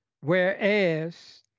whereas